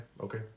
okay